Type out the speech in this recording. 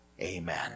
Amen